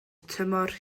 tymor